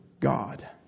God